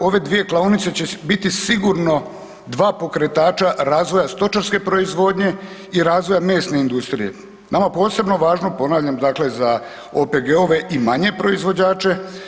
ove dvije klaonice će biti sigurno dva pokretača razvoja stočarske proizvodnje i razvoja mesne industrije, nama posebno važno, ponavljam, dakle za OPG-ove i manje proizvođače.